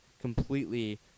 completely